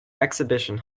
exhibition